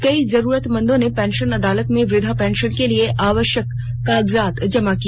कई जरूरतमंदों ने पेंशन अदालत में वृद्वा पेंशन के लिए आवश्यक कागजात जमा किया